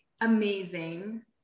amazing